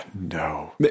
No